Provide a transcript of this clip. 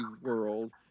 world